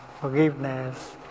forgiveness